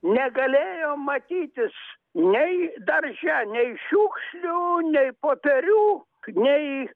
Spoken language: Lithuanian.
negalėjo matytis nei darže nei šiukšlių nei poperių nei